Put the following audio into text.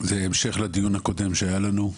זה המשך לדיון הקודם שהיה לנו.